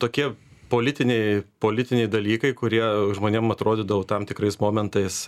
tokie politiniai politiniai dalykai kurie žmonėm atrodydavo tam tikrais momentais